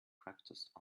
practiced